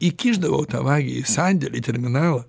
įkišdavau tą vagį į sandėlį į terminalą